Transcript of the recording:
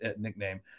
nickname